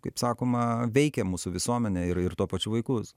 kaip sakoma veikia mūsų visuomenę ir ir tuo pačiu vaikus